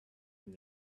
from